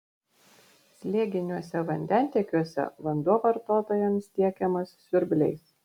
slėginiuose vandentiekiuose vanduo vartotojams tiekiamas siurbliais